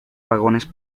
vagones